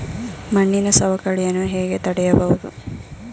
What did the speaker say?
ಮಣ್ಣಿನ ಸವಕಳಿಯನ್ನು ಹೇಗೆ ತಡೆಯಬಹುದು?